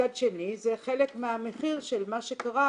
מצד שני, זה חלק מהמחיר של מה שקרה